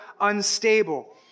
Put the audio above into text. unstable